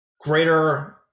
greater